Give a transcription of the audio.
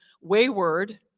wayward